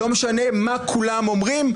לא משנה מה כולם אומרים.